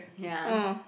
ya